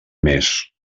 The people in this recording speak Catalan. més